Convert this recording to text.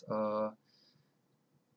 err